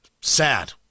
sad